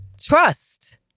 Trust